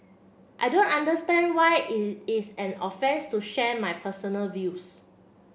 I don't understand why is is an offence to share my personal views